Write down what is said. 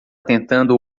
tentando